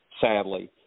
Sadly